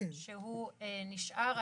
שהוא נשאר עדיין,